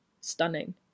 stunning